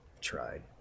Tried